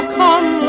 come